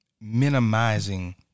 minimizing